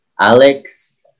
Alex